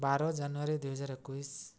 ବାର ଜାନୁଆରୀ ଦୁଇ ହଜାର ଏକୋଇଶି